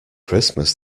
christmas